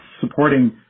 supporting